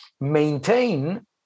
maintain